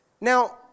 Now